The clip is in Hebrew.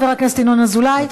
חבר הכנסת ינון אזולאי,